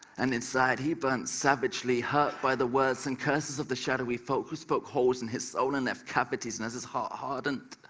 and inside he burned savagely hurt by the words and curses of the shadowy folk who spoke holes in his soul and left cavities, and as his heart hardened,